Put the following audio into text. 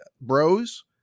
Bros